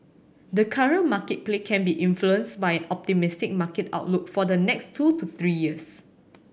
the current market play can be influenced by an optimistic market outlook for the next two to three years